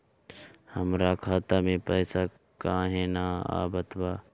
हमरा खाता में पइसा काहे ना आवत बा?